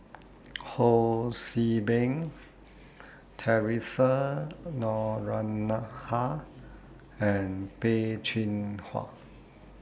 Ho See Beng Theresa Noronha and Peh Chin Hua